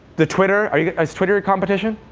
the twitter is twitter your competition?